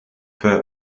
peu